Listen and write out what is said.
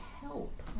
help